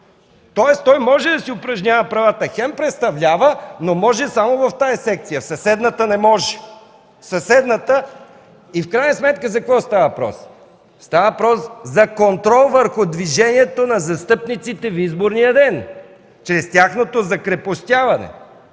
тоест може да си упражнява правата, хем представлява, но може само в тази секция, в съседната – не може. В крайна сметка за какво става въпрос? Става въпрос за контрол върху движението на застъпниците в изборния ден, чрез тяхното закрепостяване